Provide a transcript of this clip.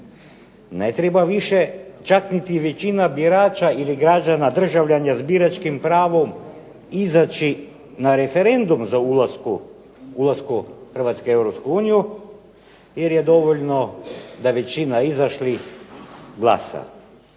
Ne treba više čak niti većina birača ili državljana sa biračkim pravom izaći na referendum za ulazak Hrvatske u Europsku uniju, jer je dovoljno da većina izašlih glasa